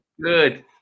Good